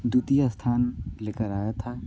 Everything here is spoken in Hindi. द्वितीय स्थान लेकर आया था